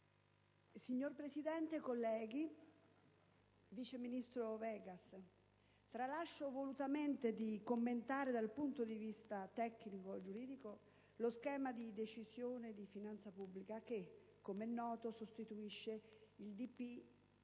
Signor Presidente, onorevoli colleghi, vice ministro Vegas, tralascio volutamente di commentare dal punto di vista tecnico e giuridico lo schema di Decisione di finanza pubblica, che, com'è noto, sostituisce il DPEF,